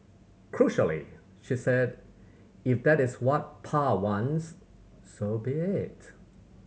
crucially she said If that is what Pa wants so be it